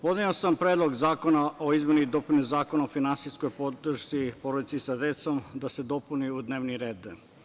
Podneo sam Predlog zakona o izmeni i dopuni Zakona o finansijskoj podršci porodici sa decom, da se dopuni u dnevni red.